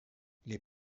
les